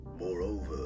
Moreover